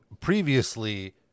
previously